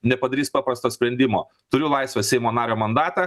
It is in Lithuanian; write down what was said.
nepadarys paprasto sprendimo turiu laisvą seimo nario mandatą